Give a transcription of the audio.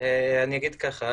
אני אגיד ככה,